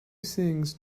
sings